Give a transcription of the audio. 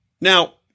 Now